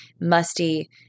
musty